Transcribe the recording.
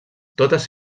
totes